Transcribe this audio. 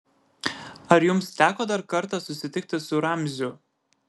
ar jums teko dar kartą susitikti su ramziu